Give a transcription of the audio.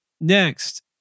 next